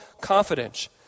confidence